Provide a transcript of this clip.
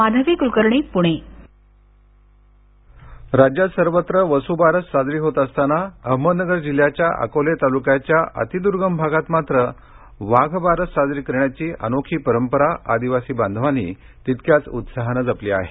वाघ बारस राज्यात सर्वत्र काल वसुबारस साजरी होत असताना अहमदनगर जिल्ह्याच्या अकोले तालुक्याच्या अतिर्द्र्गम भागात मात्र वाघबारस साजरी करण्याची अनोखी परंपरा आदिवासी बांधवांनी तितक्याच उत्साहानं जपली आहे